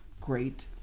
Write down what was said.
great